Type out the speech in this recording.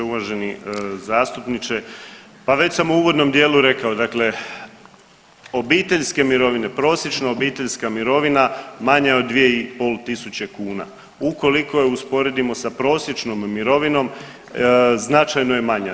Uvaženi zastupniče, pa već sam u uvodnom dijelu rekao, dakle obiteljske mirovine, prosječna obiteljska mirovina manja je od 2.500 kuna, ukoliko je usporedimo sa prosječnom mirovinom značajno je manja.